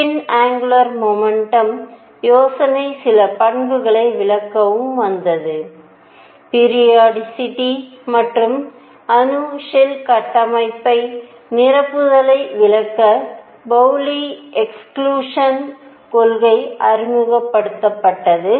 spin angular momentum யோசனை சில பண்புகளை விளக்கவும் வந்தது பிரியோடிசிட்டி மற்றும் அணு ஷெல் கட்டமைப்பை நிரப்புதலை விளக்க பவுலி எக்ஸ்குளுஸன் கொள்கை அறிமுகப்படுத்தப்பட்டது